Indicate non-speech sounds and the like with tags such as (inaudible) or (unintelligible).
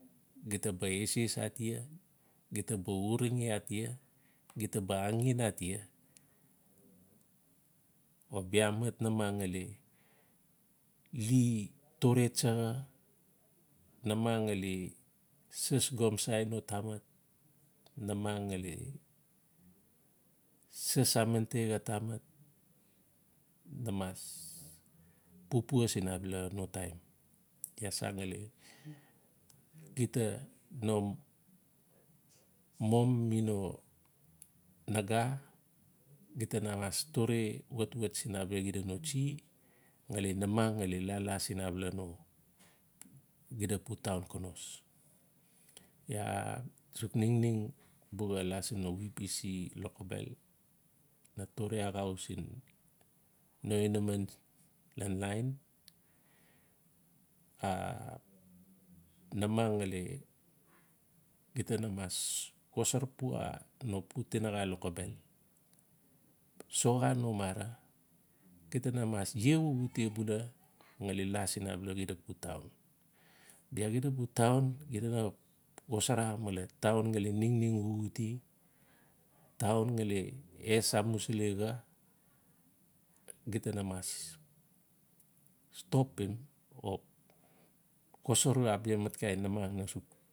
Gita ba ases atia. gita ba arange atia. gita ba angen atia. U bia mat namang ngali li tore ksaxa. namang ngali sas gomsai no tamat. namang ngali sas amatei xa tamat na mas papua sin abala no taim. Iaa san ngali gita no mom mi no naga. gita na mas tore watwat siin xida no tsi ngali namangngali la-la sin abala no xida pu town konos. i aa suk ningning buxa la siin no vpc lokobel na tore axau sin no inaman ian line (hesitation) namang ngali gita na mas xosar pua no pu tinaxa lokobel. soxa no mara. Gita na mas ie xuxute bula ngali na siin abala town xida na xap xosara male town ngali ningning xuxute town ngali es amusili xa gita na mas stopim o (unintelligible) bia mat kain namang na suk.